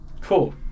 cool